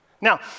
Now